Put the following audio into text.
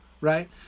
right